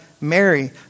Mary